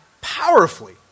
powerfully